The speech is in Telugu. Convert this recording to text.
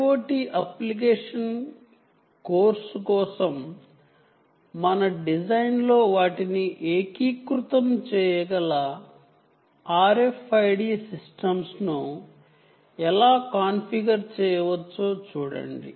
IoT అప్లికేషన్స్ కోర్సు కోసం మన డిజైన్లో వాటిని ఇంటిగ్రేట్ చేయగల RFID సిస్టమ్స్ను ఎలా కాన్ఫిగర్ చేయవచ్చో చూడండి